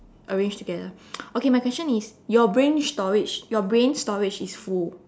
arranged together okay my question is your brain storage your brain storage is full